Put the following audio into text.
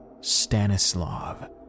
Stanislav